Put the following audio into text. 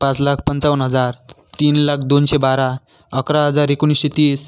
पाच लाख पंचावन्न हजार तीन लाख दोनशे बारा अकरा हजार एकोणिसशे तीस